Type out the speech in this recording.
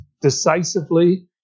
decisively